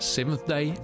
Seventh-day